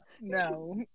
No